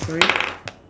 sorry